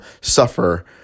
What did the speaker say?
suffer